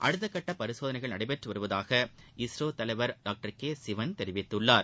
அடுத்தக்கட்ட பரிசோதனைகள் நடைபெற்று வருவதாக இஸ்ரோ தலைவர் டாக்டர் கே சிவன் தெரிவித்துள்ளார்